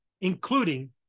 including